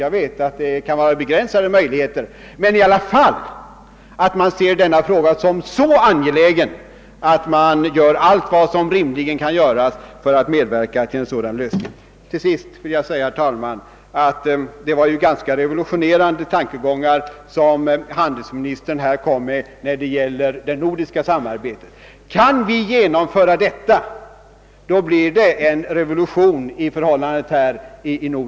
Jag vet att våra möjligheter kan vara begränsade, men man bör se denna fråga som så angelägen att allt vad som rimligen kan göras också bör göras för att medverka till en sådan lösning. Herr talman! Till sist vill jag säga att det var ganska revolutionerande tankegångar som handelsministern kom med när det gäller det nordiska samarbetet. Kunde vi genomföra något sådant blir det något av en revolution i förhållandena här uppe.